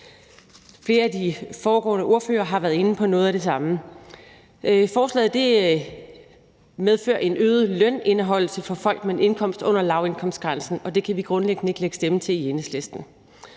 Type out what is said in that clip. flere af de foregående ordførere har været inde på noget af det samme. Forslaget medfører en øget lønindeholdelse for folk med en indkomst under lavindkomstgrænsen, og det kan vi grundlæggende ikke lægge stemmer til i Enhedslisten.